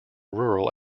rural